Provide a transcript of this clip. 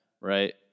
right